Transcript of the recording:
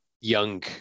young